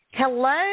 Hello